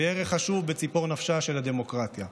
והיא ערך חשוב בציפור נפשה של הדמוקרטיה.